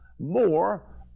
More